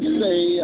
say